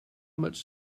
much